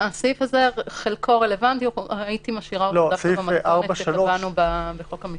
חלקו רלוונטי והייתי משאירה אותו במתכונת שקבענו בחוק המסגרת.